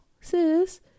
sis